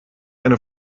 eine